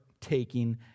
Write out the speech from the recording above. taking